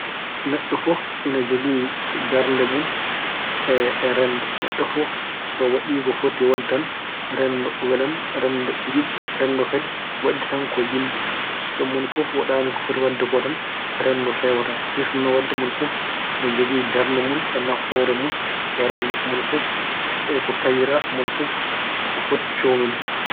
Neɗɗo fof ene jogii darnde mun e renndo. Neɗɗo fof so waɗi ko foti waɗde tan, renndo welan, renndo yuɓɓa. Renndo kadi waɗi tan ko yimɓe, so mone fof waɗaani ko foti waɗde ko tan renndo feewataa. Firti noon ko mone fof ene jogii darnde mun, nafoore mun e renndo. Mone fof e ko tagira, mone fof ko foti feewnude.